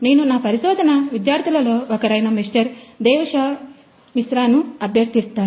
నేను నా పరిశోధన విద్యార్థులలో ఒకరైన మిస్టర్ దేవాషిష్ మిశ్రాను అభ్యర్థిస్తాను